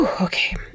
okay